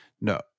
No